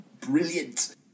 Brilliant